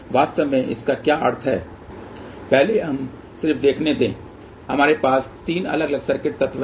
वास्तव में इसका क्या अर्थ है पहले हमें सिर्फ देखने दें हमारे पास 3 अलग अलग सर्किट तत्व हैं